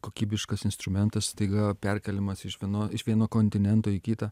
kokybiškas instrumentas staiga perkėlimas iš vieno iš vieno kontinento į kitą